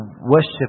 worship